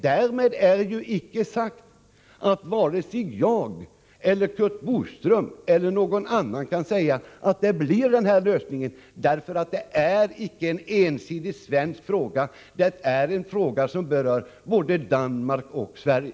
Därmed är icke sagt att vare sig jag, Curt Boström eller någon annan kan säga att det blir denna lösning, för det är icke en ensidig svensk fråga utan en fråga som berör både Danmark och Sverige.